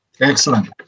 Excellent